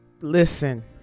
listen